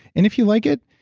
and if you like it,